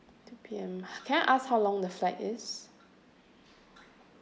two P_M can I ask how long the flight is